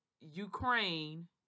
Ukraine